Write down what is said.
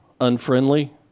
unfriendly